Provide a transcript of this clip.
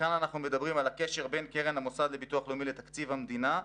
כאן אנחנו מדברים על הקשר בין קרן המוסד לביטוח לאומי לתקציב המדינה.